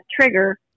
trigger